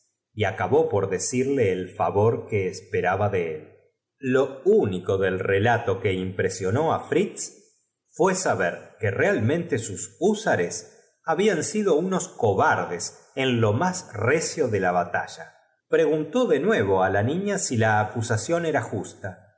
y acabó por decirle el favor que esperaba de él lo único del relato que impresionó á fritz fué saber que realmente sus húsares habían sido unos cobardes en lo más muy despierta cuando sonaran las camrecio de la batalla preguntó de nuevo á la panadas de las doce en el reloj del salón niña si la acusación era justa y